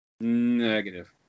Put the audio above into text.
Negative